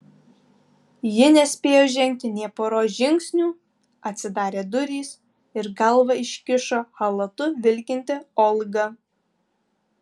ji nespėjo žengti nė poros žingsnių atsidarė durys ir galvą iškišo chalatu vilkinti olga